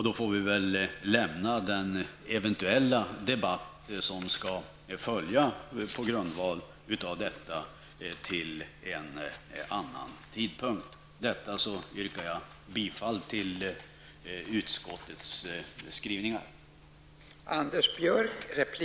Då får vi väl lämna den eventuella debatten som kan följa på grundval av detta till en annan tidpunkt. Med detta yrkar jag bifall till hemställan i utskottets betänkande.